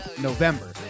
November